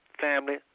family